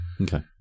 Okay